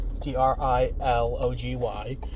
T-R-I-L-O-G-Y